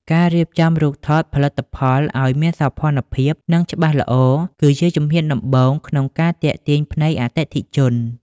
ការរៀបចំរូបថតផលិតផលឱ្យមានសោភ័ណភាព និងច្បាស់ល្អ គឺជាជំហានដំបូងក្នុងការទាក់ទាញភ្នែកអតិថិជន។